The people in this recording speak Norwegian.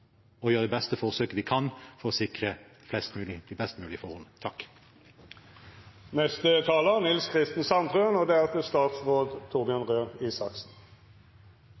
gjøre det beste forsøket vi kan for å sikre flest mulig de best